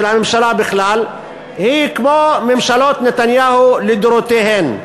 הממשלה בכלל היא כמו ממשלות נתניהו לדורותיהן,